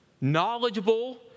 knowledgeable